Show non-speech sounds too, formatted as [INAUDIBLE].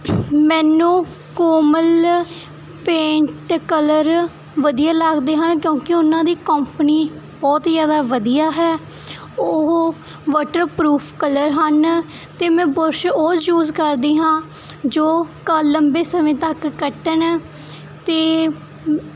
ਮੈਨੂੰ Komal paint colour ਵਧੀਆ ਲੱਗਦੇ ਹਨ ਕਿਉਂਕਿ ਉਹਨਾਂ ਦੀ ਕੋਂਪਨੀ ਬਹੁਤ ਹੀ ਜ਼ਿਆਦਾ ਵਧੀਆ ਹੈ ਉਹ ਵਾਟਰ ਪਰੂਫ ਕਲਰ ਹਨ ਅਤੇ ਮੈਂ ਬੁਰਸ਼ ਉਹ ਯੂਸ ਕਰਦੀ ਹਾਂ ਜੋ ਇੱਕ ਲੰਬੇ ਸਮੇਂ ਤੱਕ ਕੱਟਣ ਅਤੇ [UNINTELLIGIBLE]